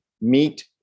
meet